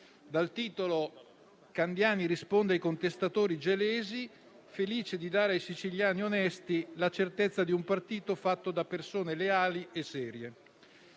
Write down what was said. dal titolo: «Candiani risponde ai contestatori gelesi: "Felice di dare ai siciliani onesti la certezza di un partito fatto da persone leali e serie"».